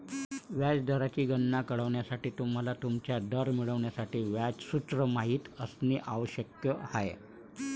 व्याज दराची गणना करण्यासाठी, तुम्हाला तुमचा दर मिळवण्यासाठी व्याज सूत्र माहित असणे आवश्यक आहे